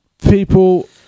people